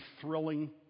thrilling